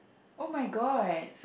oh-my-god